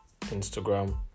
Instagram